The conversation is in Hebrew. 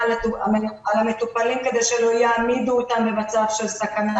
על המטופלים כדי שלא יעמידו אותם במצב של סכנה,